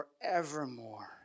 forevermore